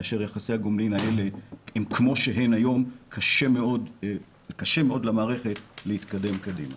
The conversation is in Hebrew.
כאשר יחסי הגומלין האלה הם כמו שהם היום קשה מאוד למערכת להתקדם קדימה,